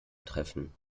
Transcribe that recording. treffen